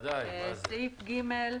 סעיף קטן